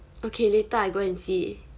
okay later I go and see